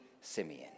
Simeon